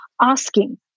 asking